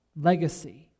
legacy